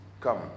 come